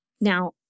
Now